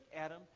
Adam